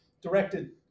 directed